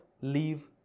leave